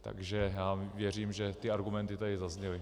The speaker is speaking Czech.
Takže věřím, že argumenty tady zazněly.